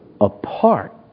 apart